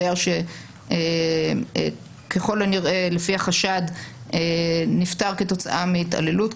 דייר שככל הנראה לפי החשד נפטר כתוצאה מהתעללות,